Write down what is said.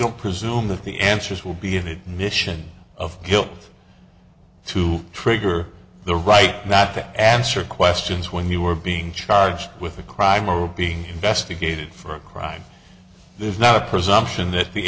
don't presume that the answers will be of a mission of guilt to trigger the right not to answer questions when you were being charged with a crime or being investigated for a crime there's not a presumption that the